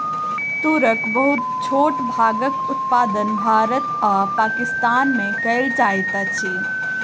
तूरक बहुत छोट भागक उत्पादन भारत आ पाकिस्तान में कएल जाइत अछि